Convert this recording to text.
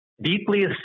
deeply